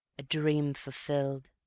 a dream fulfilled,